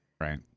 right